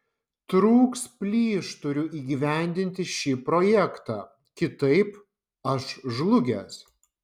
trūks plyš turiu įgyvendinti šį projektą kitaip aš žlugęs